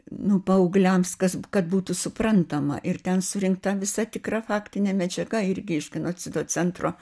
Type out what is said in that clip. nu paaugliams kas kad būtų suprantama ir ten surinkta visa tikra faktinė medžiaga irgi iš genocido centro